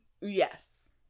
Yes